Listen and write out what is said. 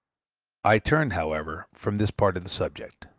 i turn, however, from this part of the subject.